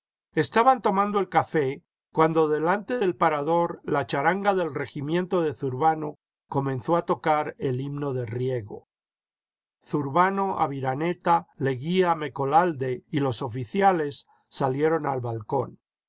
estaban tomando el café cuando delante del parador la charanga del regimiento de zurbano comenzó a tocar el himno de riego zurbano aviraneta leguía mecolalde y los oficiales salieron al balcón